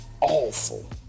awful